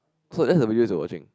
so that's the videos you are watching